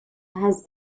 has